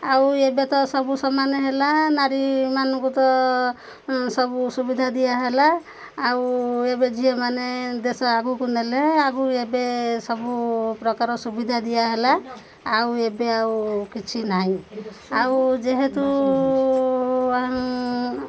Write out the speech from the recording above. ଆଉ ଏବେ ତ ସବୁ ସମାନ ହେଲା ନାରୀମାନଙ୍କୁ ତ ସବୁ ସୁବିଧା ଦିଆହେଲା ଆଉ ଏବେ ଝିଅମାନେ ଦେଶ ଆଗକୁ ନେଲେ ଆଗକୁ ଏବେ ସବୁ ପ୍ରକାର ସୁବିଧା ଦିଆ ହେଲା ଆଉ ଏବେ ଆଉ କିଛି ନାହିଁ ଆଉ ଯେହେତୁ